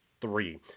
three